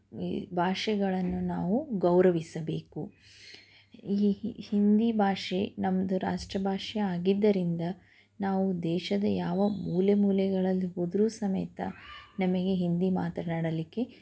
ಭಾಷೆಗಳನ್ನು ನಾವು ಗೌರವಿಸಬೇಕು ಹಿಂದಿ ಭಾಷೆ ನಮ್ಮದು ರಾಷ್ಟ್ರ ಭಾಷೆ ಆಗಿದ್ದರಿಂದ ನಾವು ದೇಶದ ಯಾವ ಮೂಲೆ ಮೂಲೆಗಳಲ್ಲಿ ಹೋದರೂ ಸಮೇತ ನಮಗೆ ಹಿಂದಿ ಮಾತನಾಡಲಿಕ್ಕೆ